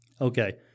Okay